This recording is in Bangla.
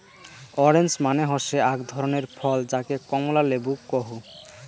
অরেঞ্জ মানে হসে আক ধরণের ফল যাকে কমলা লেবু কহু